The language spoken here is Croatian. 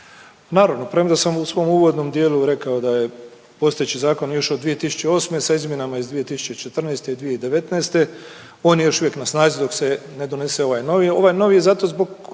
Naravno, premda sam u svom uvodnom dijelu rekao da je postojeći zakon još od 2008. sa izmjenama iz 2014. i 2019. on je još uvijek na snazi dok se ne donese ovaj novi.